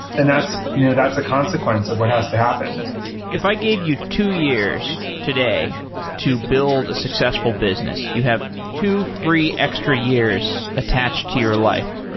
and that's you know that's a consequence of what has to happen if i gave you two years today to build a successful business, you have two free extra years attached to your life.